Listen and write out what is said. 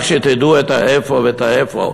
רק שתדעו את האיפה ואיפה.